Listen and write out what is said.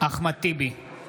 אחמד טיבי, אינו נוכח